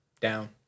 Down